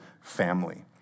family